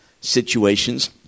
situations